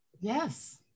Yes